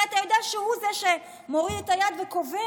הרי אתה יודע שהוא זה שמוריד את היד וקובע.